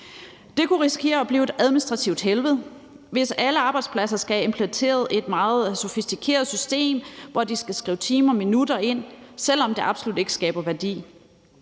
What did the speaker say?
Det kunne risikere at blive et administrativt helvede, hvis alle arbejdspladser skal have implementeret et meget sofistikeret system, hvor de skal skrive timer og minutter ind, selv om det absolut ikke skaber værdi.